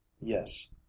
Yes